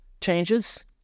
changes